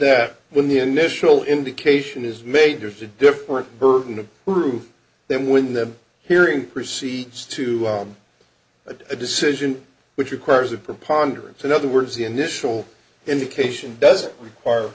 that when the initial indication is made there's a different burden of proof then when the hearing proceeds to a decision which requires a preponderance in other words the initial indication doesn't require